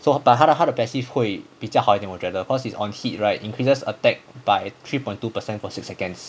so but 他的他的 passive 会比较好一点我觉得 because it on speed right increases attack by three point two percent for six seconds